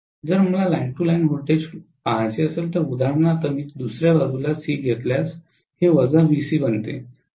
जर मला line to line voltage पहायचे असेल तर उदाहरणार्थ मी दुसर्या बाजूला सी घेतल्यास हे वजा व्हीसी बनते